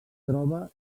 troba